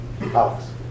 Alex